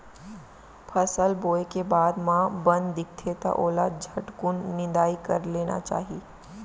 फसल बोए के बाद म बन दिखथे त ओला झटकुन निंदाई कर लेना चाही